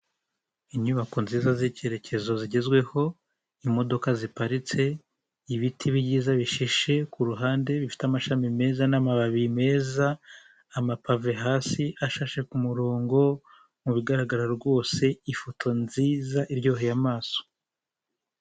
Inyubako nziza z'icyerekezo zigezweho, imodoka ziparitse, ibiti byiza bishishe kuruhande bifite amashami meza n'amababi meza, amapave hasi ashashe ku murongo mubigaragara rwose ifoto nziza iryoheye amaso.